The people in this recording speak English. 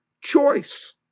choice